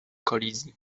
kolizji